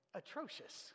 atrocious